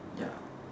ya